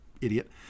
idiot